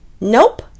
Nope